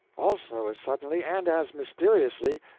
also, as suddenly and as mysteriously,